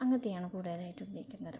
അങ്ങനത്തെയാണ് കൂടുതലായിട്ട് ഉപയോഗിക്കുന്നത്